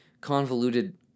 convoluted